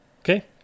Okay